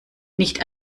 nicht